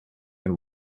and